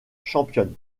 championne